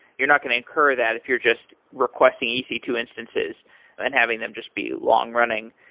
you're not going to incur that if you're just requesting e c two instances and having them just be long-running,